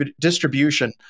distribution